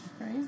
right